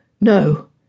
no